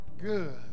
good